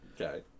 Okay